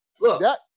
Look